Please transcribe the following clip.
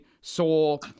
Soul